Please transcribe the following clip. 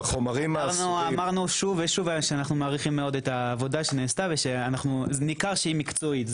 אנו מעריכים את העבודה שנעשתה וניכר שהיא מקצועית.